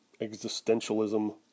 existentialism